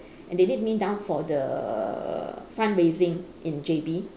and they need me down for the fundraising in J_B